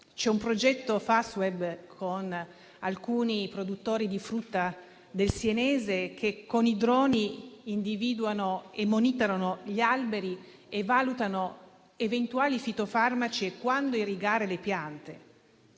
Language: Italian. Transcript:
C'è un progetto Fastweb con alcuni produttori di frutta del senese, che con i droni individuano e monitorano gli alberi e valutano l'impiego di eventuali fitofarmaci e quando irrigare le piante.